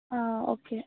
ആ ഓക്കെ